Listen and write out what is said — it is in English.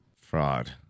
fraud